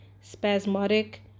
spasmodic